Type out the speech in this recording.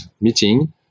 meeting